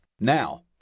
Now